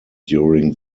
during